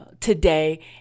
today